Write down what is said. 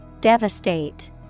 Devastate